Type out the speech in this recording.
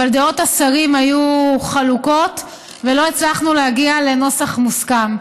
אבל דעות השרים היו חלוקות ולא הצלחנו להגיע לנוסח מוסכם.